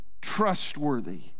trustworthy